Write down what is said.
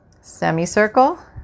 Semicircle